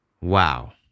Wow